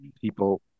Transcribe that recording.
people